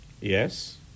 Yes